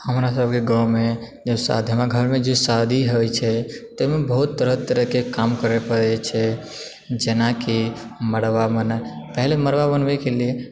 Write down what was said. हमरा सभके गाँवमे जब शादी घरमे जे शादी होइ छै ताहिमे बहुत तरह तरहके काम करय पड़े छै जेनाकि मरबा बनय पहिने मरबा बनबयके लिअ